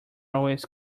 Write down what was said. always